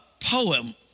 poem